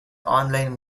online